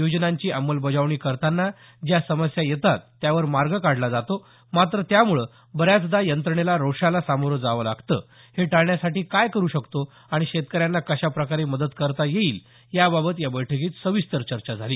योजनांची अंमलबजावणी करतांना ज्या समस्या येतात त्यावर मार्ग काढला जातो मात्र त्यामुळे बऱ्याचदा यंत्रणेला रोषाला सामोरं जावं लागतं हे टाळण्यासाठी काय करू शकतो आणि शेतकऱ्यांना कशाप्रकारे मदत करता येईल याबाबत या बैठकीत सविस्तर चर्चा झाली